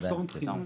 פטור מבחינה.